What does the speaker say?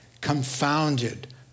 confounded